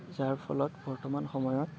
যাৰ ফলত বৰ্তমান সময়ত